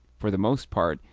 for the most part,